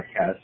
podcast